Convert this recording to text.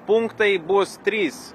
punktai bus trys